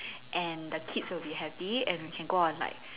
and the kids will be happy and we can go on like